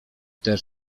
też